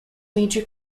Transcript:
major